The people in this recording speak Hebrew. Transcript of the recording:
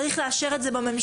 צריך לאשר את זה בממשלה,